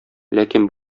ләкин